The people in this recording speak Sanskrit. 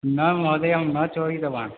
न महोदय अहं न चोरितवान्